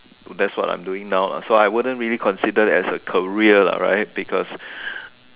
that's what I'm doing now lah so I wouldn't really consider as a career lah right because